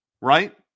right